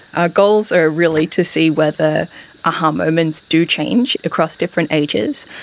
our goals are really to see whether a-ha moments do change across different ages,